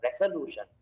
resolution